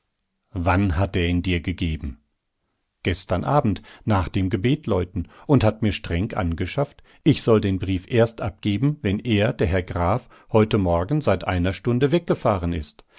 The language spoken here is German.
wann hat er ihn dir gegeben gestern abend nach dem gebetläuten und hat mir streng angeschafft ich soll den brief erst abgeben wenn er der herr graf heute morgen seit einer stunde weggefahren ist